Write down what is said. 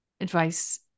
advice